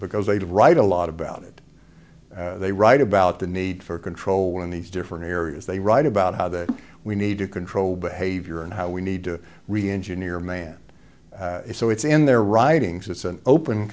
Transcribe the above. because they'd write a lot about it they write about the need for control in these different areas they write about how the we need to control behavior and how we need to reengineer man so it's in their ridings it's an open